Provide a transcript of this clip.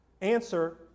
Answer